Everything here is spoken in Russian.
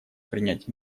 принять